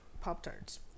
Pop-Tarts